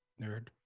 nerd